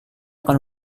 akan